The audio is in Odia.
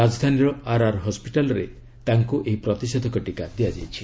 ରାଜଧାନୀର ଆରଆର୍ ହସ୍ୱିଟାଲରେ ତାଙ୍କୁ ଏହି ପ୍ରତିଷେଧକ ଟିକା ଦିଆଯାଇଛି